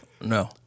No